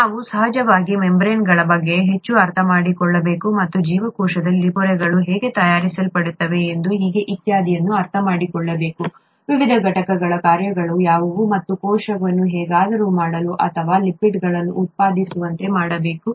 ನಾವು ಸಹಜವಾಗಿ ಮೆಂಬರೇನ್ಗಳ ಬಗ್ಗೆ ಹೆಚ್ಚು ಅರ್ಥಮಾಡಿಕೊಳ್ಳಬೇಕು ಮತ್ತು ಜೀವಕೋಶದಲ್ಲಿ ಪೊರೆಗಳು ಹೇಗೆ ತಯಾರಿಸಲ್ಪಡುತ್ತವೆ ಮತ್ತು ಹೀಗೆ ಇತ್ಯಾದಿ ಅನ್ನು ಅರ್ಥಮಾಡಿಕೊಳ್ಳಬೇಕು ವಿವಿಧ ಘಟಕಗಳ ಕಾರ್ಯಗಳು ಯಾವುವು ಮತ್ತು ಕೋಶವನ್ನು ಹೇಗಾದರೂ ಮಾಡಲು ಅಥವಾ ಲಿಪಿಡ್ಗಳನ್ನು ಉತ್ಪಾದಿಸುವಂತೆ ಮಾಡಬೇಕು